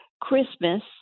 Christmas